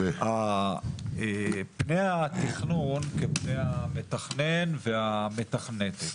פני התכנון כפני המתכנן והמתכננת.